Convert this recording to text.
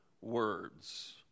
words